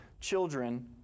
children